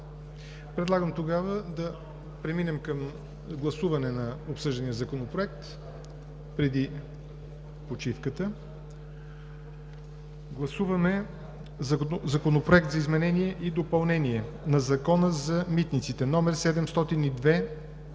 Предлагам тогава да преминем към гласуване на обсъждания Законопроект преди почивката. Гласуваме Законопроект за изменение и допълнение на Закона за митниците, №